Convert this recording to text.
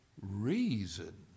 reason